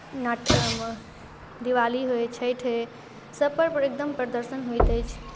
नाट दीवाली होय छठि होय सभपर एकदम प्रदर्शन होइत अछि